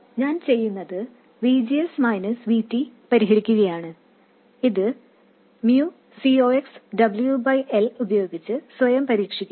ഞാൻ ചെയ്യുന്നത് V G S V T പരിഹരിക്കുകയാണ് ഇത് mu C ox W L ഉപയോഗിച്ച് സ്വയം പരീക്ഷിക്കുക